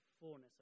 fullness